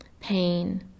pain